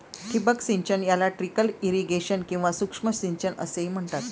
ठिबक सिंचन याला ट्रिकल इरिगेशन किंवा सूक्ष्म सिंचन असेही म्हणतात